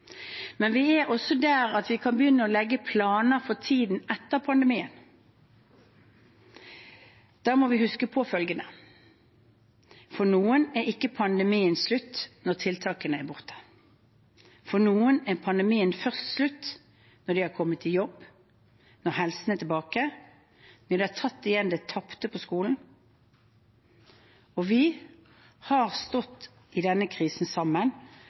Men vi er også der at vi kan begynne å legge planer for tiden etter pandemien. Da må vi huske på følgende: For noen er ikke pandemien slutt når tiltakene er borte. For noen er pandemien først slutt når de har kommet i jobb, når helsen er tilbake, og når de har tatt igjen det tapte på skolen. Vi har stått i denne krisen sammen.